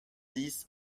dix